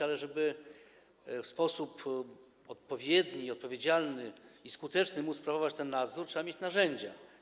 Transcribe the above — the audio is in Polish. Ale żeby w sposób odpowiedni, odpowiedzialny i skuteczny móc sprawować ten nadzór, trzeba mieć narzędzia.